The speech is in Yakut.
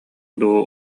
дуу